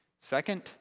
Second